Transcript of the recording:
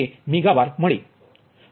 2 મેગાવાર મળે